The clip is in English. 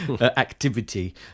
activity